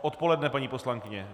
Odpoledne, paní poslankyně?